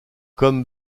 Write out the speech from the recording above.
comme